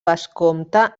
vescomte